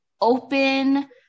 open